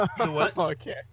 Okay